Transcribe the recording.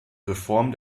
reform